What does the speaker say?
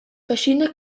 verschiedene